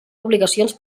obligacions